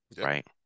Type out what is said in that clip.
right